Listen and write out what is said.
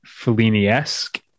Fellini-esque